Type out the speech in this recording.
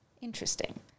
interesting